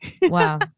Wow